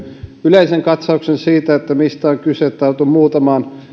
yleisen katsauksen siitä mistä on kyse tartun muutamaan